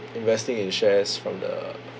investing in shares from the